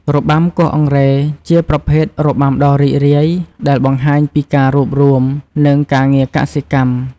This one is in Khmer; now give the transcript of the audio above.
របាំគោះអង្រែជាប្រភេទរបាំដ៏រីករាយ ដែលបង្ហាញពីការរួបរួម និងការងារកសិកម្ម។